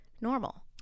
normal